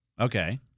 Okay